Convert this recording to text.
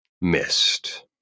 missed